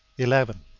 eleven.